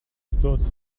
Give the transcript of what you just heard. stood